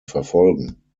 verfolgen